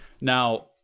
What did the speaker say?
Now